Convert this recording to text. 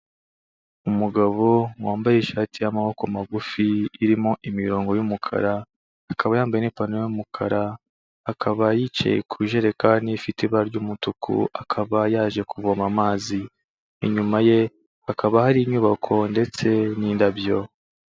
Umugabo wambaye ishati y'amaboko magufi, irimo imirongo y'umukara, akaba yambaye n'ipantaro y'umukara, akaba yicaye ku ijerekani ifite ibara ry'umutuku, akaba yaje kuvoma amazi, inyuma ye hakaba hari inyubako ndetse n'indabyo.